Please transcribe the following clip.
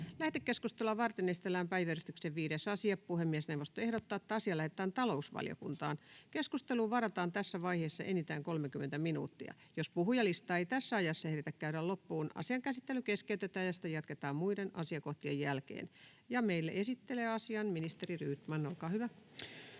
Lähetekeskustelua varten esitellään päiväjärjestyksen 5. asia. Puhemiesneuvosto ehdottaa, että asia lähetetään talousvaliokuntaan. Keskusteluun varataan tässä vaiheessa enintään 30 minuuttia. Jos puhujalistaa ei tässä ajassa ehditä käydä loppuun, asian käsittely keskeytetään ja sitä jatketaan muiden asiakohtien jälkeen. — Meille esittelee asian ministeri Rydman. Olkaa hyvä.